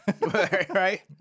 Right